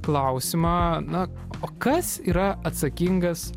klausimą na o kas yra atsakingas